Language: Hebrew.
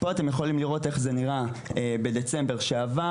פה אתם יכולים לראות איך זה נראה בדצמבר שעבר,